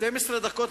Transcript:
12 דקות,